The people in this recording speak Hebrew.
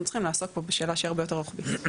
צריכים לעסוק פה בשאלה שהיא הרבה יותר רוחבית.